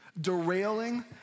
derailing